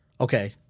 Okay